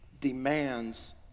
demands